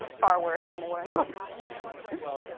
and far worse than they were in the books. yeah. well, and